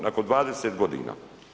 Nakon 20 godina.